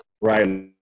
right